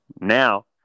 Now